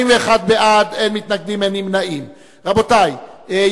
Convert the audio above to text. שעליה הסכים גם יושב-ראש הוועדה וגם הקואליציה.